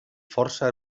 força